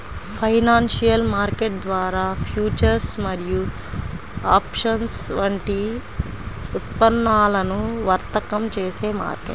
financial market ద్వారా futures మరియు options వంటి ఉత్పన్నాలను వర్తకం చేసే మార్కెట్